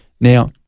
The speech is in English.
Now